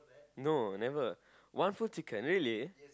no never one full chicken really